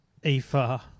EFA